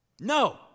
No